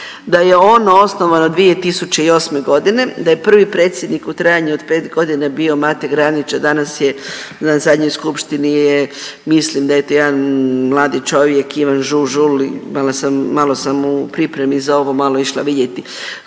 da je ono osnovano 2008. godine, da je prvi predsjednik u trajanju od 5 godina bio Mate Granić, a danas je na zadnjoj skupštini mislim da je to jedan mladi čovjek Ivan Žužul. Malo sam, malo sam u pripremi za ovo malo išla vidjeti